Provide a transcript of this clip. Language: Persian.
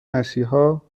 مسیحا